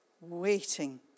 waiting